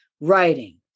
writing